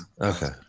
Okay